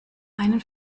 einen